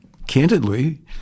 Candidly